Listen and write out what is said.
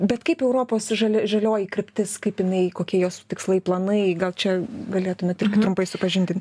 bet kaip europos žalia žalioji kryptis kaip jinai kokie jos tikslai planai gal čia galėtumėt irgi trumpai supažindint